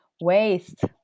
waste